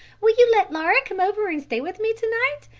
will you let laura come over and stay with me to-night?